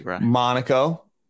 Monaco